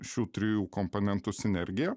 šių trijų komponentų sinergija